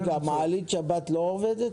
רגע, מעלית שבת לא עובדת?